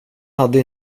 hade